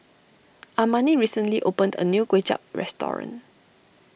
Amani recently opened a new Kway Chap restoring